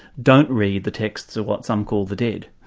don't read the texts of what some call the dead.